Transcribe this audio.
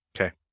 Okay